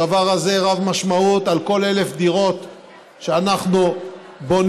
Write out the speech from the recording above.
הדבר הזה רב-משמעות: על כל 1,000 דירות שאנחנו בונים,